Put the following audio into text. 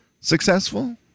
successful